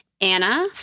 Anna